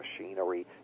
machinery